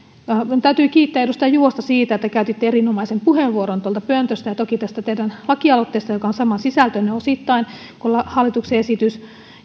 minun täytyy kiittää edustaja juvosta siitä että käytitte erinomaisen puheenvuoron tuolta pöntöstä ja toki tästä teidän lakialoitteestanne joka on osittain samansisältöinen kuin hallituksen esitys